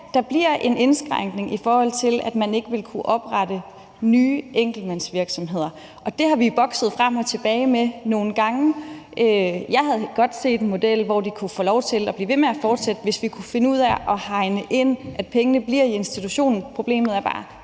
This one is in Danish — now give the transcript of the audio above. det bliver en indskrænkning, i forhold til at man ikke vil kunne oprette nye enkeltmandsvirksomheder, og det har vi bokset frem og tilbage med nogle gange. Jeg havde gerne set en model, hvor de kunne få lov til at blive ved med at fortsætte, hvis vi kunne finde ud af at hegne ind, at pengene bliver i institutionen. Problemet er bare,